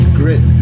grit